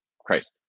christ